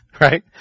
right